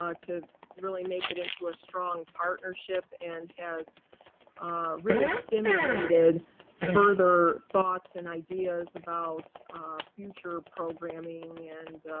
um to really make it into a strong partnership, and has really stimulated further thoughts and ideas about future programming and